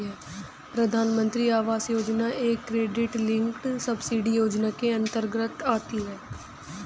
प्रधानमंत्री आवास योजना एक क्रेडिट लिंक्ड सब्सिडी योजना के अंतर्गत आती है